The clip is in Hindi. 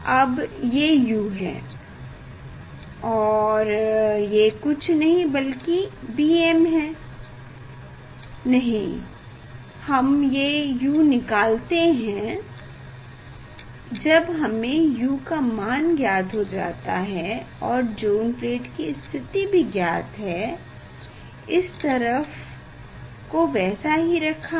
अब ये u है और ये u कुछ नहीं बल्कि bm है नहीं हम ये u निकालते हैं जब हमें u का मान ज्ञात हो जाता है और ज़ोन प्लेट की स्थिति भी ज्ञात है इस तरफ को वैसा ही रखा है